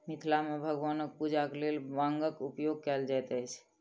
मिथिला मे भगवानक पूजाक लेल बांगक उपयोग कयल जाइत अछि